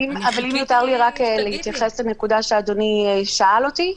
אם יותר לי, רק להתייחס לנקודה שאדוני שאל אותי?